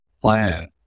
plan